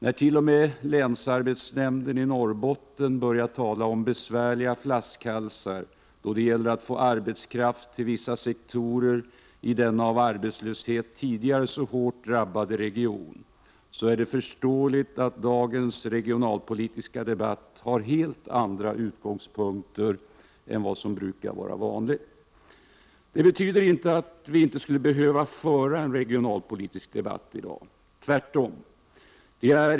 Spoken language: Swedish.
När t.o.m. länsarbetsnämnden i Norrbotten börjar tala om besvärliga flaskhalsar då det gäller att få arbetskraft till vissa sektorer i denna av arbetslöshet tidigare så hårt drabbade region, är det förståeligt att dagens regionalpolitiska debatt har helt andra utgångspunkter än vad som brukar vara vanligt. Det betyder inte att vi inte skulle behöva föra en regionalpolitisk debatt i dag, tvärtom.